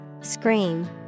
Screen